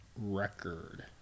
record